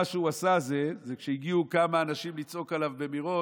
מה שהוא עשה זה שכשהגיעו כמה אנשים לצעוק עליו במירון,